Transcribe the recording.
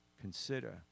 consider